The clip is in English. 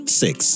six